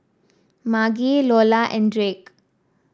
Margy Lola and Drake